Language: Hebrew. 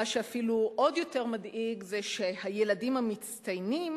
מה שאפילו עוד יותר מדאיג זה שהילדים המצטיינים